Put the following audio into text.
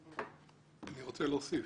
אני רוצה להוסיף.